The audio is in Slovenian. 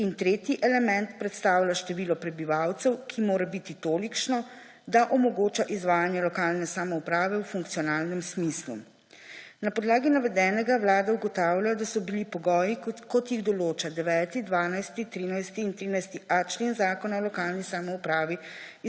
in tretji element predstavlja število prebivalcev, ki mora biti tolikšno, da omogoča izvajanje lokalne samouprave v funkcionalnem smislu. Na podlagi navedenega Vlada ugotavlja, da so bili pogoji, kot jih določa 9., 12., 13. in 13.a člen Zakona o lokalni samoupravi,